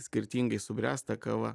skirtingai subręsta kava